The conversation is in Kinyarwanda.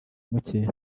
muke